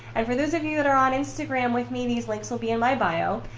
and for those of you that are on instagram with me these links will be in my bio.